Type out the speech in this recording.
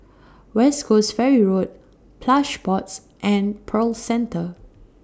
West Coast Ferry Road Plush Pods and Pearl Centre